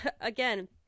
Again